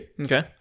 Okay